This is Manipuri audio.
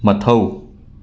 ꯃꯊꯧ